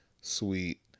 sweet